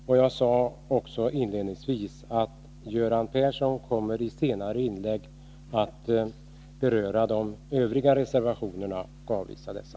Som jag sade inledningsvis kommer Göran Persson i ett senare inlägg att beröra övriga reservationer och avvisa dem.